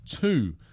two